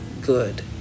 good